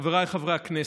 חבריי חברי הכנסת,